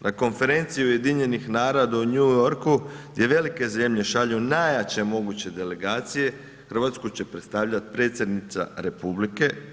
Na konferenciji UN-a u New Yorku gdje velike zemlje šalju najjače moguće delegacije Hrvatsku će predstavljati predsjednica Republike.